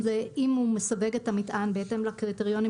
אם הוא מסווג את המטען בהתאם לקריטריונים